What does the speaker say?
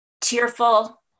tearful